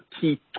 key